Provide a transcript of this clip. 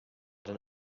dann